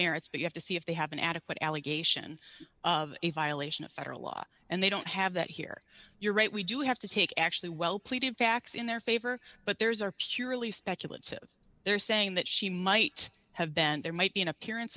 merits but you have to see if they have an adequate allegation of a violation of federal law and they don't have that here you're right we do have to take actually well pleading facts in their favor but theirs are purely speculative they're saying that she might have been there might be an appearance